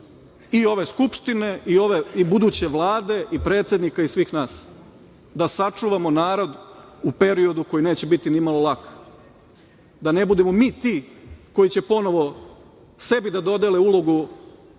i ove Skupštine i buduće Vlade i predsednika i svih nas, da sačuvamo narod u periodu koji neće biti nimalo lak, da ne budemo mi ti koji će ponovo sebi da dodele ulogu